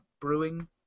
brewing